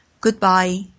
Goodbye